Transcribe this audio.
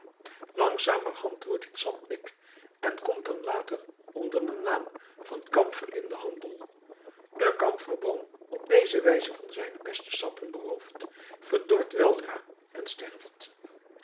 langzamerhand wordt dit sap dik en komt dan later onder den naam van kamfer in den handel de kamferboom op deze wijze van zijne beste sappen beroofd verdort weldra en sterft